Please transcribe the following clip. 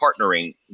partnering